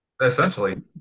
essentially